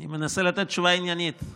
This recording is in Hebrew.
גם התשובה הייתה